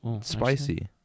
spicy